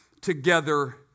together